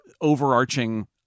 overarching